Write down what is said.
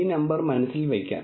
ഈ നമ്പർ മനസ്സിൽ വയ്ക്കാം